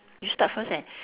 you start first eh